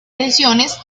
lesiones